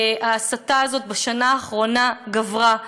ההסתה הזאת בשנה האחרונה גברה.